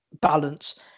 balance